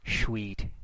Sweet